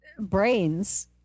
brains